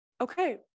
Okay